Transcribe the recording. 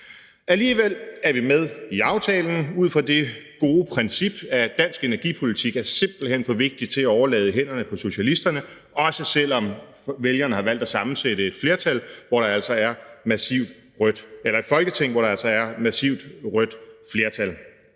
Alligevel er vi med i aftalen ud fra det gode princip, at dansk energipolitik simpelt hen er for vigtig til at overlade i hænderne på socialisterne, også selv om vælgerne har valgt at sammensætte et Folketing, hvor der altså er massivt rødt flertal.